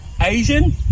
Asian